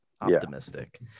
optimistic